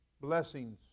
blessings